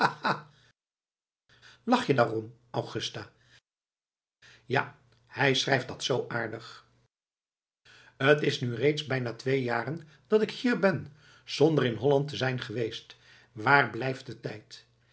lach je daarom augusta ja hij schrijft dat zoo aardig t is nu reeds bijna twee jaren dat ik hier ben zonder in holland te zijn geweest waar blijft de tijd